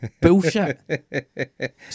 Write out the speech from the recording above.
Bullshit